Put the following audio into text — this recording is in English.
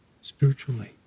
spiritually